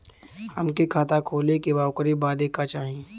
हमके खाता खोले के बा ओकरे बादे का चाही?